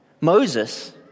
Moses